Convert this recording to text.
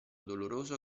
doloroso